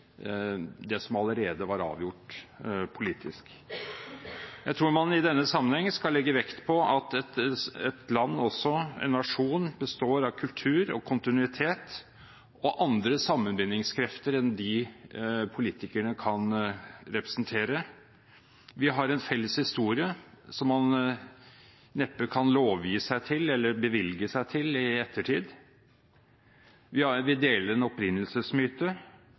det som allerede var avgjort politisk. Jeg tror man i denne sammenheng skal legge vekt på at et land, en nasjon, også består av kultur og kontinuitet og andre sammenbindingskrefter enn dem politikerne kan representere. Vi har en felles historie som man neppe kan lovgi seg til eller bevilge seg til i ettertid. Vi deler en opprinnelsesmyte